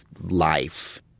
life